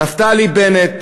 נפתלי בנט,